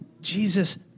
Jesus